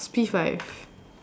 it's P five